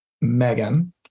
Megan